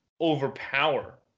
overpower